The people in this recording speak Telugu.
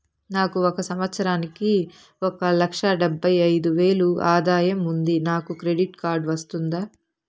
నాకు ఒక సంవత్సరానికి ఒక లక్ష డెబ్బై అయిదు వేలు ఆదాయం ఉంది నాకు క్రెడిట్ కార్డు వస్తుందా?